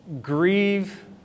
grieve